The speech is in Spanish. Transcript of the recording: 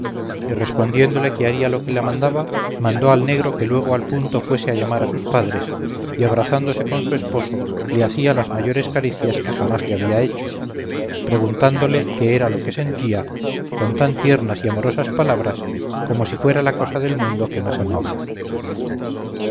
respondiéndole que haría lo que la mandaba mandó al negro que luego al punto fuese a llamar a sus padres y abrazándose con su esposo le hacía las mayores caricias que jamás le había hecho preguntándole qué era lo que sentía con tan tiernas y amorosas palabras como si fuera la cosa del mundo que más amaba